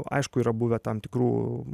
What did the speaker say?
aišku yra buvę tam tikrų